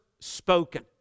spoken